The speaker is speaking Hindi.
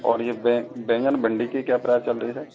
और ये बैंगन भिंडी के क्या प्राइस चल रही है सर